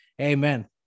amen